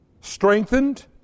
Strengthened